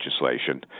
legislation